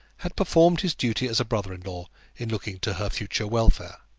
had performed his duty as a brother-in-law in looking to her future welfare.